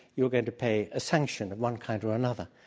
you are going to pay a sanction of one kind or another.